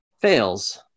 Fails